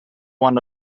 one